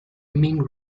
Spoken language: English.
ming